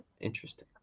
Interesting